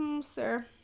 sir